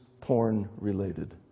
porn-related